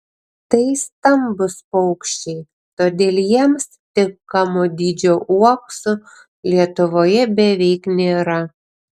tai stambūs paukščiai todėl jiems tinkamo dydžio uoksų lietuvoje beveik nėra